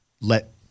let